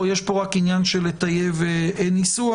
או רק עניין של טיוב ניסוח,